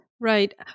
Right